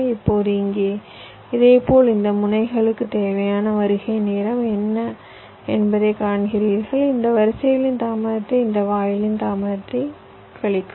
இப்போது இங்கே இதேபோல் இந்த முனைகளுக்கு தேவையான வருகை நேரம் என்ன என்பதை காண்கிறீர்கள் இந்த வரிகளின் தாமதத்தை இந்த வாயிலின் தாமதத்தை கழிக்கவும்